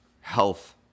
Health